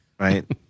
Right